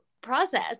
process